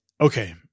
Okay